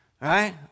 Right